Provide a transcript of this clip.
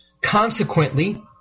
Consequently